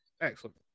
Excellent